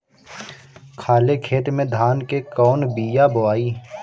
खाले खेत में धान के कौन बीया बोआई?